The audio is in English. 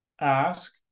ask